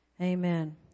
Amen